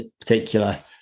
particular